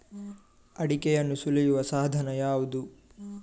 ಅಡಿಕೆಯನ್ನು ಸುಲಿಯುವ ಸಾಧನ ಯಾವುದು?